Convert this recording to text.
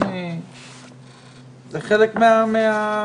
זה חלק מזה.